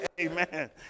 Amen